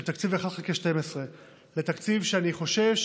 של תקציב 1 חלקי 12. זה תקציב שאני חושש,